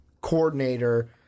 coordinator